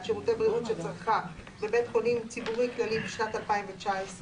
שירותי בריאות שצרכה בבית חולים ציבורי כללי בשנת 2019,